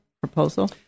proposal